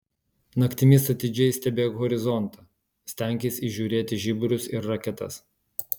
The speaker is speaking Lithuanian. naktimis atidžiai stebėk horizontą stenkis įžiūrėti žiburius ir raketas